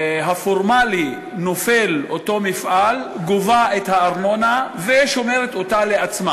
הפורמלי נופל אותו מפעל גובה את הארנונה ושומרת אותה לעצמה.